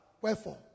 Wherefore